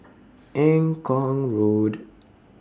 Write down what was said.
Eng Kong Road